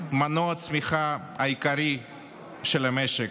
העסקים הקטנים הם מנוע הצמיחה העיקרי של המשק,